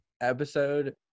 episode